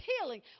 healing